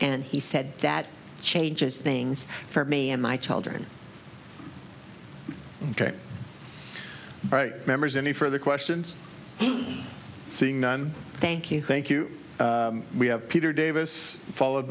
and he said that changes things for me and my children right members any further questions seeing none thank you thank you we have peter davis followed